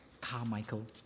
Carmichael